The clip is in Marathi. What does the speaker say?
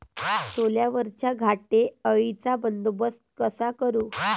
सोल्यावरच्या घाटे अळीचा बंदोबस्त कसा करू?